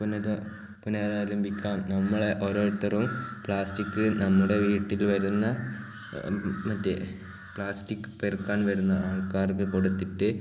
പുനര പുനരാരംഭിക്കാം നമ്മളെ ഓരോരുത്തരും പ്ലാസ്റ്റിക് നമ്മുടെ വീട്ടിൽ വരുന്ന മറ്റേ പ്ലാസ്റ്റിക് പെറുക്കാൻ വരുന്ന ആൾക്കാർക്ക് കൊടുത്തിട്ട്